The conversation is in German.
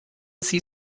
sie